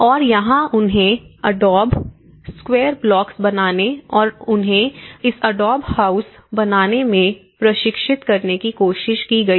और यहाँ उन्हें एडोब स्क्वायर ब्लॉक्स बनाने और उन्हें इस एडोब हाउस बनाने में प्रशिक्षित करने की कोशिश की गई